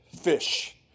fish